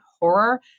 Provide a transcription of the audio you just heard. horror